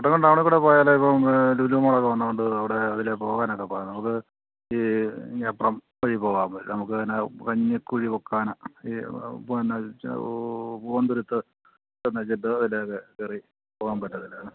ടൗണിൽക്കൂടെ പോയാൽ ഇപ്പം ലുലു മാളൊക്കെ വന്നതുകൊണ്ട് അവിടെ അതിൽ പോകാനൊക്കെ പോയാൽ നമുക്ക് ഈ അപ്പുറം വഴി പോകാൻ പറ്റും നമുക്ക് അങ്ങനെ കഞ്ഞിക്കുഴി ഈ പൂവംന്തുരുത്ത് അതിലൊക്കെ കയറിപ്പോകാൻ പറ്റും അതിലെ